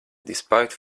despite